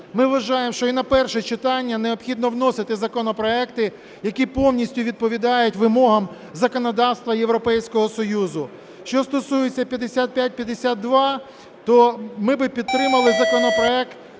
Ми вважаємо, що і на перше читання необхідно вносити законопроекти, які повністю відповідають вимогам законодавства Європейського Союзу. Що стосується 5552, то ми би підтримали законопроект